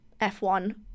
F1